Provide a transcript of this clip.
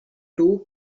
two